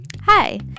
Hi